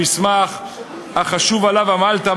המסמך החשוב שעליו עמלת,